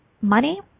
money